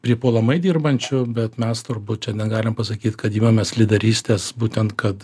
pripuolamai dirbančių bet mes turbūt čia negalim pasakyt kad imamės lyderystės būtent kad